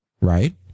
right